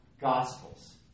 Gospels